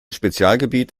spezialgebiet